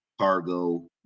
cargo